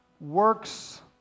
works